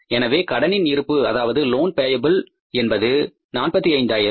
எனவே கடனின் இருப்பு அதாவது லோன் பேய்ப்பில் என்பது 45 ஆயிரம்